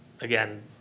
again